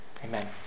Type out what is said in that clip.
Amen